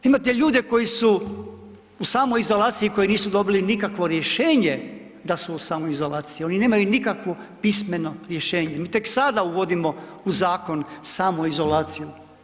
Imate ljude koji su u samoizolaciji, koji nisu dobili nikakvo rješenje da su u samoizolaciji, oni nemaju nikakvo pismeno rješenje, mi tek sada uvodimo u zakon samoizolaciju.